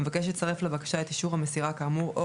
המבקש יצרף לבקשה את אישור המסירה כאמור או